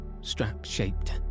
strap-shaped